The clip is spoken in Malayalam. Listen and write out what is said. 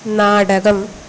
നാടകം